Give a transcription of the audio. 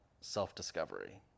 self-discovery